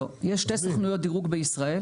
לא, יש שתי סוכנויות דירוג בישראל.